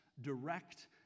direct